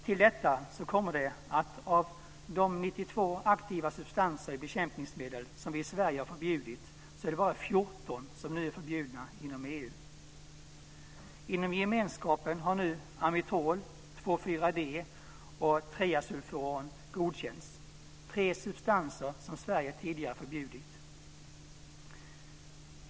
Till detta kommer att av de 92 aktiva substanser i bekämpningsmedel som vi i Sverige har förbjudit är det bara 14 som är förbjudna inom EU. Inom gemenskapen har nu amitrol, 2,4-D och triasulfuron godkänts; tre substanser som Sverige tidigare förbjudit.